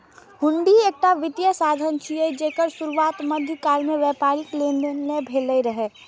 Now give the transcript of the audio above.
हुंडी एकटा वित्तीय साधन छियै, जेकर शुरुआत मध्यकाल मे व्यापारिक लेनदेन लेल भेल रहै